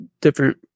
different